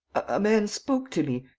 a man spoke to me.